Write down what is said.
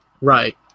right